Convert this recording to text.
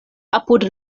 apud